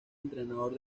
entrenador